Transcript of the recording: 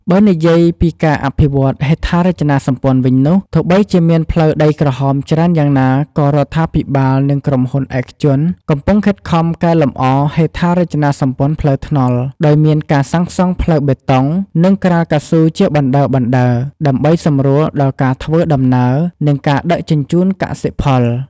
បើនិយាយពីការអភិវឌ្ឍន៍ហេដ្ឋារចនាសម្ព័ន្ធវិញនោះ ទោះបីជាមានផ្លូវដីក្រហមច្រើនយ៉ាងណាក៏រដ្ឋាភិបាលនិងក្រុមហ៊ុនឯកជនកំពុងខិតខំកែលម្អហេដ្ឋារចនាសម្ព័ន្ធផ្លូវថ្នល់ ដោយមានការសាងសង់ផ្លូវបេតុង និងក្រាលកៅស៊ូជាបណ្តើរៗ ដើម្បីសម្រួលដល់ការធ្វើដំណើរ និងការដឹកជញ្ជូនកសិផល។